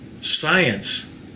science